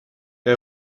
jag